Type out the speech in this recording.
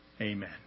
Amen